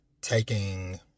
taking